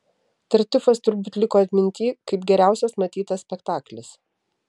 tartiufas turbūt liko atmintyj kaip geriausias matytas spektaklis